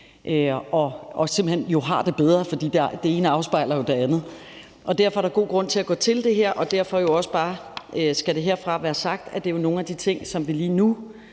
og simpelt hen har det bedre, for det ene afspejler jo det andet. Derfor er der god grund til at gå til det her, og derfor skal det herfra være sagt, at det er nogle af de ting, som vi – nu